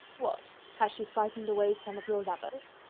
what, has she frightened away some of your lovers?